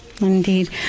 indeed